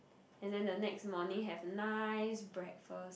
and then the next morning have nice breakfast